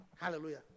hallelujah